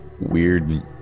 weird